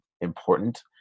important